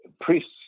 priests